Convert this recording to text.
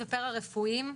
חולים.